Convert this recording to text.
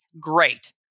great